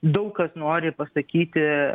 daug kas nori pasakyti